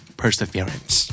perseverance